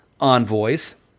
Envoys